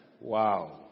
Wow